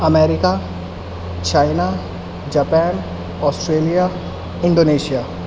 America China Japan Australia Indonesia